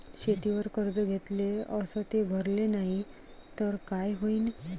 शेतीवर कर्ज घेतले अस ते भरले नाही तर काय होईन?